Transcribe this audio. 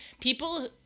people